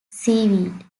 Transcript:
seaweed